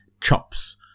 chops